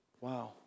Wow